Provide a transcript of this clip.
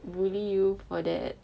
bully you for that